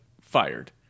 fired